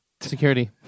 Security